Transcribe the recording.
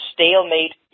Stalemate